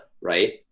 right